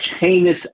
heinous